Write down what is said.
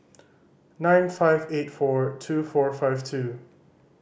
nine five eight four two four five two